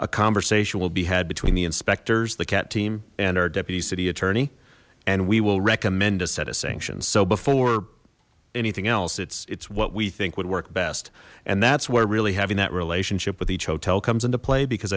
a conversation will be had between the inspectors the cat team and our deputy city attorney and we will recommend a set of sanctions so before anything else it's it's what we think would work best and that's where really having that relationship with each hotel comes into play because